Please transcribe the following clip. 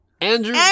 Andrew